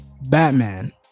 Batman